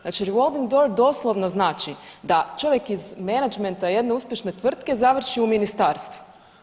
Znači revolving door doslovno znači da čovjek iz menadžmenta jedne uspješne tvrtke završi u ministarstvu.